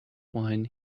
wine